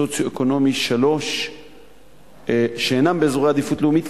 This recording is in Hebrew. סוציו-אקונומי 3 שאינם באזורי עדיפות לאומית,